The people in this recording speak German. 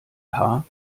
passt